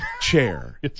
chair